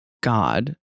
God